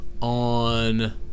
on